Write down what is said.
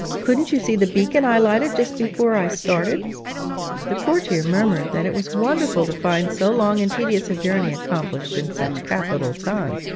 couldn't you see the beacon i lighted just before i started the courtier murmured that it was wonderful to find so long and tedious a journey accomplished in such capital time.